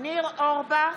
ניר אורבך,